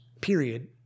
period